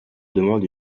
demande